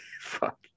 Fuck